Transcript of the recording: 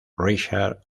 richard